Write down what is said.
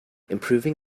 improving